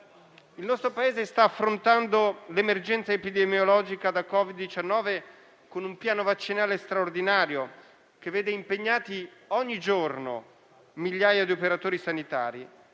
Il nostro Paese sta affrontando l'emergenza epidemiologica da Covid-19 con un piano vaccinale straordinario, che vede impegnati ogni giorno migliaia di operatori sanitari.